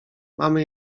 mamy